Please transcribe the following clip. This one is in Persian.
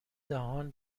دهان